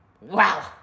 Wow